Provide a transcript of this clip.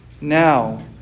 Now